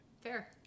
fair